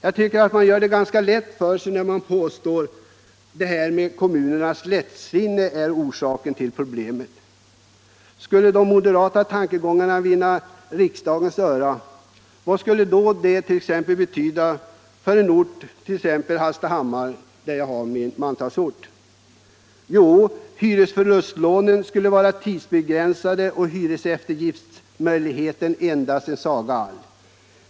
Jag tycker att man gör det enkelt för sig när man påstår att kommunernas lättsinne är orsaken till problemet. Skulle de moderata tankegångarna vinna riksdagens öra, vad skulle det då betyda för en ort som t.ex. Hallstahammar där jag bor? Ja, hyresförlustlånen skulle vara tidsbegränsade och hyreseftergiftsmöjligheterna en saga blott.